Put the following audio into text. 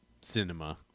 cinema